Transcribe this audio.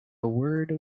word